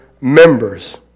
members